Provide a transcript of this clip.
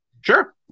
Sure